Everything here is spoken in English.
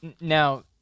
now